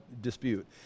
dispute